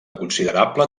considerable